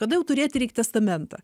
kada jau turėti reik testamentą